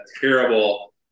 terrible